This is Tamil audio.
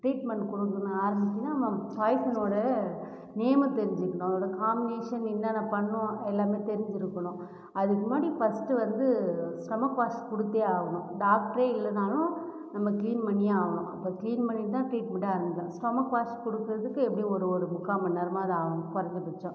ட்ரீட்மெண்ட் கொடுக்குணும் ஆரம்மிக்கணும் நம்ம பாய்சனோடய நேமை தெரிஞ்சுக்குணும் அதோடய காமினேஷன் என்னென்ன பண்ணும் எல்லாமே தெரிஞ்சிருக்கணும் அதுக்கு முன்னாடி ஃபஸ்ட்டு வந்து ஸ்டொமக் வாஷ் கொடுத்தே ஆகணும் டாக்டரே இல்லைனாலும் நம்ப க்ளீன் பண்ணியே ஆகணும் அப்போ க்ளீன் பண்ணிவிட்டுதான் ட்ரீட்மென்ட்டே ஆரம்பிக்கணும் ஸ்டொமக் வாஷ் கொடுக்கறதுக்கு எப்படியும் ஒரு ஒரு முக்கால் மணி நேரமாவது ஆகும் குறஞ்ச பட்சம்